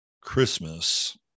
Christmas